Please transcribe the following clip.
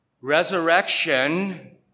resurrection